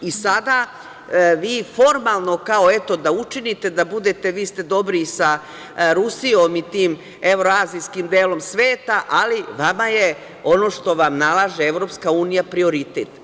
Sada vi formalno, kao eto da učinite, da budete, vi ste dobri i sa Rusijom i tim Evro-azijskim delom sveta, ali vama je ono što vam nalaže EU prioritet.